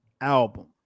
album